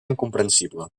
incomprensible